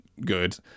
good